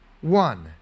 one